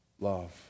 love